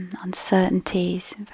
Uncertainties